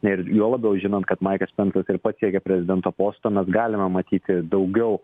ir juo labiau žinant kad maikas spensas ir pats siekia prezidento posto mes galime matyti daugiau